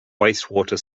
wastewater